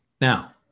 Now